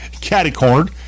catty-cornered